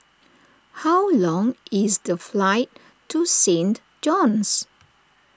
how long is the flight to Saint John's